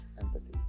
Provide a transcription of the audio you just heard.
empathy